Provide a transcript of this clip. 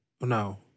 no